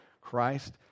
Christ